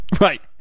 Right